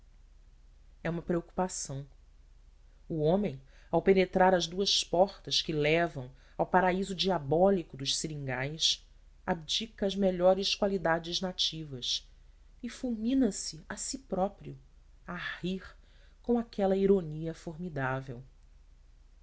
é uma preocupação o homem ao penetrar as duas portas que levam ao paraíso diabólico dos seringais abdica às melhores qualidades nativas e fulmina se a si próprio a rir com aquela ironia formidável